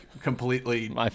completely